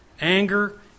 Anger